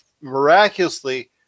miraculously